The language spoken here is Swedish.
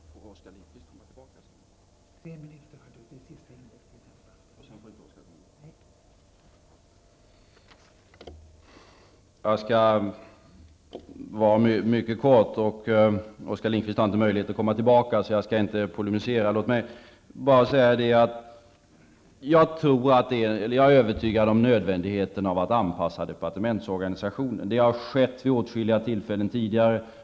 Fru talman! Jag skall vara mycket kortfattad. Oskar Lindkvist har inte möjlighet att komma tillbaka, och jag skall därför inte polemisera. Låt mig bara säga att jag är övertygad om nödvändigheten av att anpassa departementsorganisationen. Det har skett vid åtskilliga tillfällen tidigare.